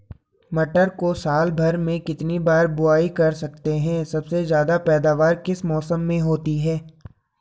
मटर को साल भर में कितनी बार बुआई कर सकते हैं सबसे ज़्यादा पैदावार किस मौसम में होती है?